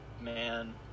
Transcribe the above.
man